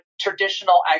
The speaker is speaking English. traditional